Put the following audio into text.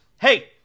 hey